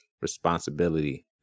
responsibility